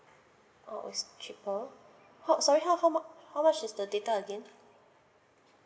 oh triple ho~ sorry how how how much is the data again